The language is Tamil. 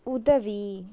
உதவி